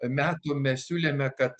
metų mes siūlėme kad